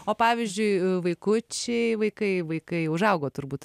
o pavyzdžiui vaikučiai vaikai vaikai užaugo turbūt